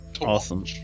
Awesome